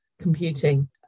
computing